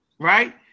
Right